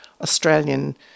Australian